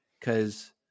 Cause